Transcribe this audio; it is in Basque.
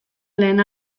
lehen